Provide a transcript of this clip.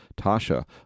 Tasha